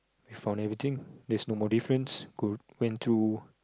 found everything there's no more difference good